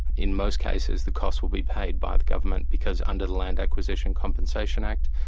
in most cases the cost will be paid by the government because under the land acquisition compensation act,